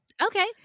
Okay